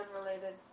unrelated